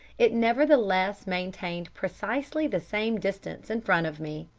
it nevertheless maintained precisely the same distance in front of me.